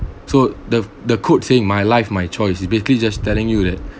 so the the code say my life my choice is basically just telling you that